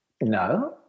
No